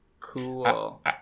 Cool